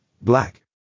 Black